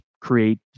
create